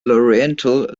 laurentian